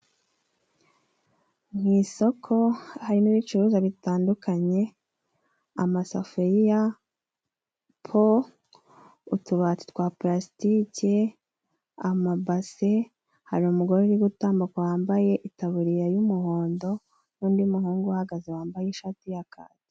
Mu isoko harimo ibicuruzwa bitandukanye amasafuriya, po, utubati twa pulasitike, amabase. Hari umugore uri gutambuka wambaye itaburiya y'umuhondo, nundi muhungu uhagaze wambaye ishati ya kacyi.